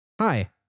Hi